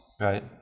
right